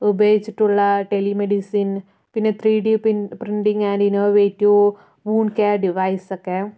ഉപയോഗിച്ചിട്ടുള്ള telemedicine പിന്നെ three D printing and innovative wound care device ഒക്കെ